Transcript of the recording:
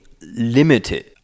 limited